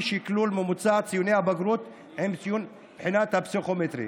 שקלול ממוצע ציוני הבגרות עם ציון הבחינה הפסיכומטרית.